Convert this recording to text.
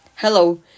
Hello